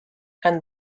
and